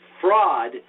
fraud